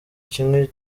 kimwe